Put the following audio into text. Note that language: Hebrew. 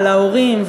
להורים,